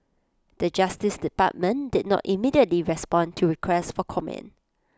the justice department did not immediately respond to request for comment